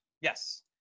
Yes